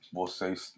vocês